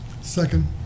Second